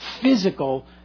physical